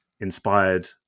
inspired